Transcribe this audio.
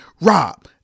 Rob